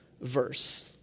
verse